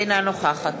אינה נוכחת